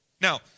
Now